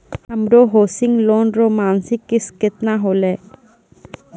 हमरो housing loan रो मासिक किस्त केतना होलै?